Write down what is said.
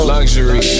Luxury